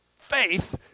faith